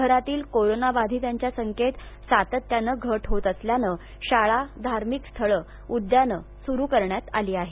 शहरातील कोरोनाबाधितांच्या संख्येत सातत्यानं घट होत असल्यानं शाळा धार्मिक स्थळं उद्यानं सुरू करण्यात आली आहेत